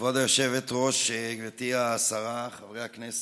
כבוד היושבת-ראש, גברתי השרה, חברי הכנסת,